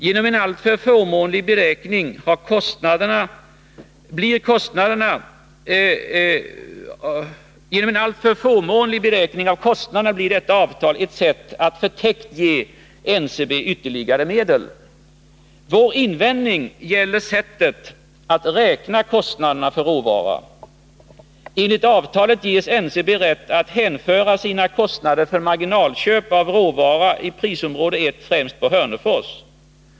Genom en alltför förmånlig beräkning av kostnaderna blir detta avtal ett sätt att förtäckt ge NCB ytterligare medel. Vår invändning gäller sättet att räkna kostnaden för råvara. Enligt avtalet ges NCB rätt att hänföra sina kostnader för marginalköp av råvara i prisområde 1 främst på Hörnefors.